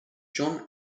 john